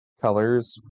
colors